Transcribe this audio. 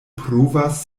pruvas